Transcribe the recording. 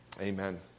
Amen